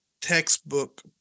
textbook